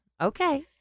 Okay